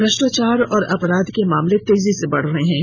भ्रष्टाचार और अपराध के मामले तेजी से बढ़ रहे हैं